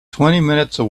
twenty